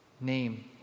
name